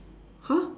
!huh!